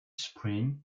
spring